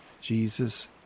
Jesus